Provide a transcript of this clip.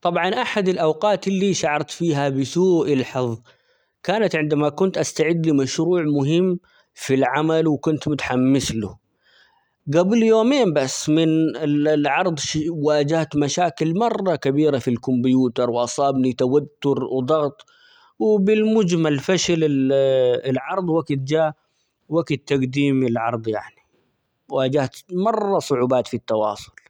طبعًا أحد الأوقات اللي شعرت فيها بسوء الحظ كانت عندما كنت استعد لمشروع مهم في العمل ،وكنت متحمس له قبل يومين بس من -ال- العرض ، -ش- واجهت مشاكل مرة كبيرة في الكمبيوتر ،وأصابني توتر، وضغط، وبالمجمل فشل ال العرض وقت -جا- وقت تقديم العرض ،يعني واجهت مرة صعوبات في التواصل.